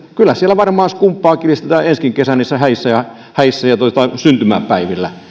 kyllä siellä pitopalveluyrityksissä varmaan skumppaa kilistetään ensi kesänäkin niissä häissä ja häissä ja syntymäpäivillä